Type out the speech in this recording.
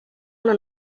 una